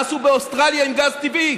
מה עשו באוסטרליה עם גז טבעי.